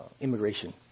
immigration